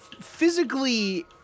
physically